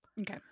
Okay